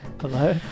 Hello